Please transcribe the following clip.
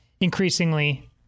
increasingly